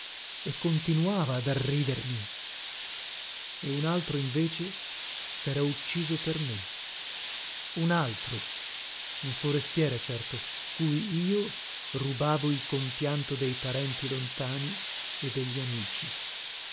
arridermi e un altro invece sera ucciso per me un altro un forestiere certo cui io rubavo il compianto dei parenti lontani e degli amici